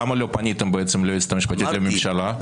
למה לא פניתם בעצם ליועצת המשפטית לממשלה?